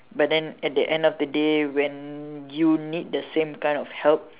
but then at the end of the day when you need the same kind of help